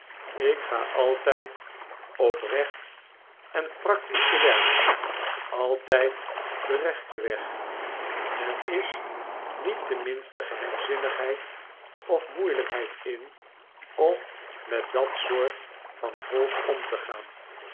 ik ga altijd oprecht en practisch te werk altijd den rechten weg er is niet de minste geheimzinnigheid of moeilijkheid in om met dat soort van volk om te gaan